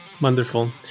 Wonderful